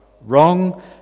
wrong